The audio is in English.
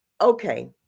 okay